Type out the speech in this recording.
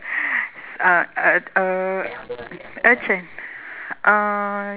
s~ uh uh uh uh